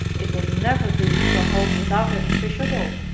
it will never do to go home without any fish at all.